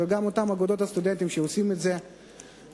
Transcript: וגם אותן אגודות הסטודנטים שעושות את זה בנפרד,